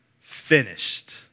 finished